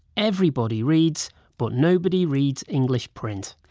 everybody reads but nobody reads english print.